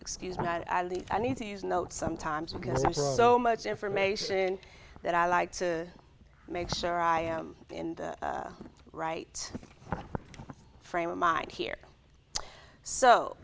excuse me but i think i need to use notes sometimes because there's so much information that i like to make sure i am in the right frame of mind here so